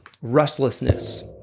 restlessness